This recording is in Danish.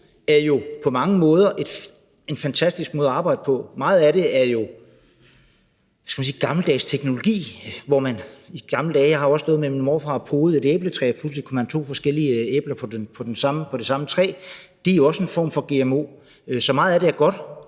gmo jo på mange måder er en fantastisk måde at arbejde på. Meget af det er jo – hvad skal man sige – gammeldags teknologi. Jeg har også stået med min morfar og podet et æbletræ, og pludselig kom der to forskellige æbler på det samme træ. Det er også en form for gmo. Så meget af det er godt,